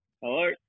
Hello